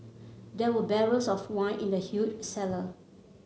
there were barrels of wine in the huge cellar